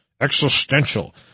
Existential